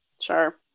Sure